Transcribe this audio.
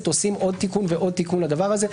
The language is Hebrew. עושים עוד תיקון ועוד תיקון לדבר הזה,